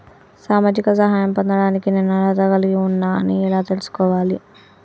సామాజిక సహాయం పొందడానికి నేను అర్హత కలిగి ఉన్న అని ఎలా తెలుసుకోవాలి?